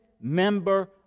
member